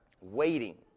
Waiting